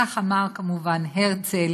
כך אמר כמובן הרצל